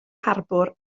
harbwr